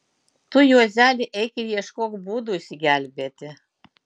tu juozeli eik ir ieškok būdų išsigelbėti